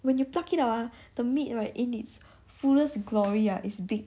when you pluck it out ah the meat right in it's fullest glory right it's big